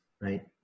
right